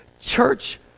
church